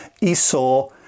Esau